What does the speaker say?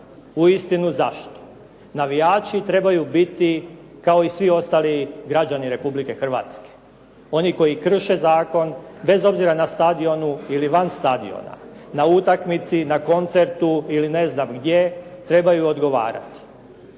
Uistinu zašto. Navijači trebaju biti kao i svi ostali građani Republike Hrvatske. Oni koji krše zakon, bez obzira na stadionu ili van stadiona, na utakmici ili ne znam gdje trebaju odgovarati.